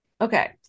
Okay